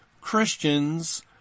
Christians